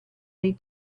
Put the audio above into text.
they